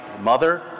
mother